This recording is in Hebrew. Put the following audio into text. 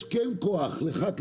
יש לך כן כוח כיושב-ראש